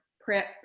Prep